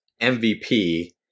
MVP –